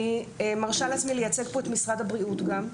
אני מרשה לעצמי לייצג פה את משרד הבריאות גם,